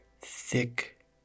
thick